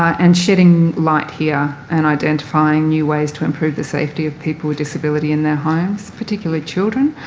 and shedding light here and identifying new ways to improve the safety of people with disability in their homes, particularly children,